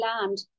land